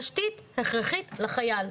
תשתית הכרחית לחיל.